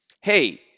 hey